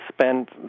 spend